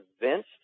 convinced